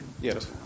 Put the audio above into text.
Yes